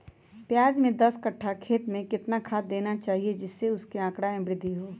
प्याज के दस कठ्ठा खेत में कितना खाद देना चाहिए जिससे उसके आंकड़ा में वृद्धि हो?